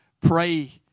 pray